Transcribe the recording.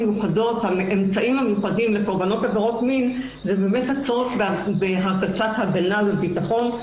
האמצעים המיוחדים לקורבנות עבירות מין הוא הצורך בהרגשת הגנה וביטחון.